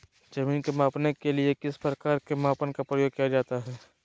जमीन के मापने के लिए किस प्रकार के मापन का प्रयोग किया जाता है?